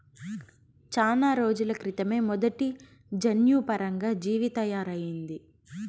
చానా రోజుల క్రితమే మొదటి జన్యుపరంగా జీవి తయారయింది